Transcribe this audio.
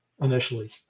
initially